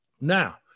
Now